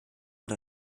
und